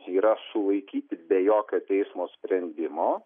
yra sulaikyti be jokio teismo sprendimo